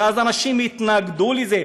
ואז אנשים התנגדו לזה,